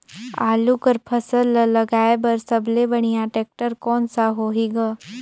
आलू कर फसल ल लगाय बर सबले बढ़िया टेक्टर कोन सा होही ग?